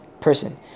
person